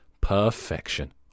perfection